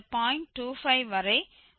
25 வரை 0